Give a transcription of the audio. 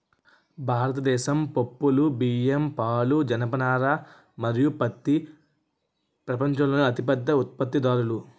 భారతదేశం పప్పులు, బియ్యం, పాలు, జనపనార మరియు పత్తి ప్రపంచంలోనే అతిపెద్ద ఉత్పత్తిదారులు